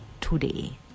today